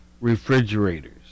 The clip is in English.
refrigerators